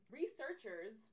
researchers